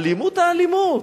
האלימות, האלימות.